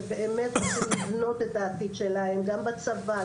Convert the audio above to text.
שבאמת רוצים לבנות את העתיד שלהם גם בצבא,